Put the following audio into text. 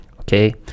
Okay